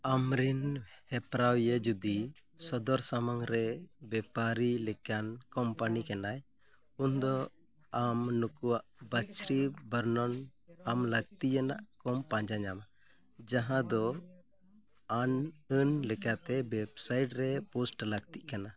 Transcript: ᱟᱢᱨᱮᱱ ᱦᱮᱨᱟᱣᱤᱭᱟᱹ ᱡᱩᱫᱤ ᱥᱚᱫᱚᱨ ᱥᱟᱢᱟᱝᱨᱮ ᱵᱮᱯᱟᱨᱤ ᱞᱮᱠᱟᱱ ᱠᱚᱢᱯᱟᱱᱤ ᱠᱟᱱᱟᱭ ᱩᱱᱫᱚ ᱟᱢ ᱱᱩᱠᱩᱣᱟᱜ ᱵᱟᱹᱪᱷᱨᱤ ᱵᱚᱨᱱᱚᱱ ᱟᱢ ᱞᱟᱹᱠᱛᱤᱭᱟᱱᱟᱜ ᱠᱚᱢ ᱯᱟᱸᱡᱟ ᱧᱟᱢᱟ ᱡᱟᱦᱟᱸ ᱫᱚ ᱟᱱᱼᱟᱹᱱᱞᱮᱠᱟᱛᱮ ᱳᱭᱮᱵᱥᱟᱭᱤᱰ ᱨᱮ ᱯᱳᱥᱴ ᱞᱟᱹᱠᱛᱤᱜ ᱠᱟᱱᱟ